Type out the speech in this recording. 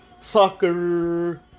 soccer